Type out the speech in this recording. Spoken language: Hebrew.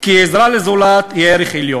כי עזרה לזולת היא ערך עליון.